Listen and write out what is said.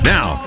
Now